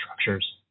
structures